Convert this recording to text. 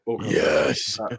yes